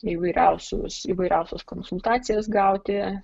įvairiausios įvairiausias konsultacijas gauti